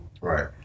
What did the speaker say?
right